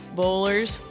bowlers